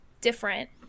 different